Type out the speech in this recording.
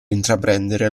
intraprendere